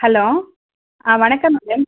hello ஆ வணக்கம் madam